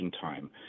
time